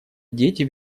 дети